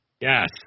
Yes